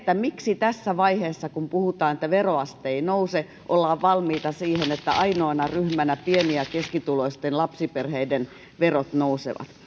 miksi tässä vaiheessa kun puhutaan että veroaste ei nouse ollaan valmiita siihen että ainoana ryhmänä pieni ja keskituloisten lapsiperheiden verot nousevat